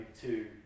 two